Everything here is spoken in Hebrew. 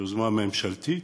יוזמה ממשלתית,